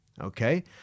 Okay